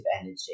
energy